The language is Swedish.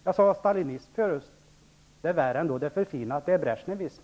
Jag talade förut om stalinism, men det har nu renodlats till något ännu värre, nämligen bresjnevism.